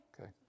Okay